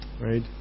right